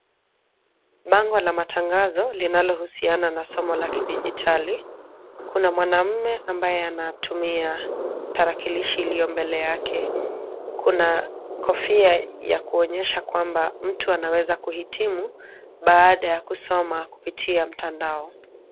Bango la matangazo linalohusiana na somo la kidijitali. Kuna mwanamume ambaye anatumia tarakilishi iliyo mbele yake. Kuna kofia ya kuonyesha kwamba mtu anaweza kuhitimu baada ya kusoma kupitia mtandao.